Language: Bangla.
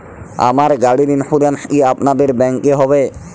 আমার গাড়ির ইন্সুরেন্স কি আপনাদের ব্যাংক এ হবে?